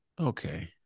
Okay